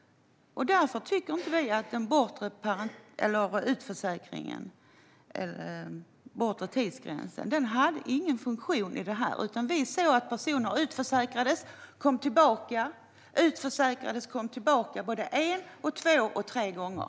Den bortre tidsgränsen hade inte någon funktion i detta. Vi såg att personer utförsäkrades och kom tillbaka, utförsäkrades och kom tillbaka, både en, två och tre gånger.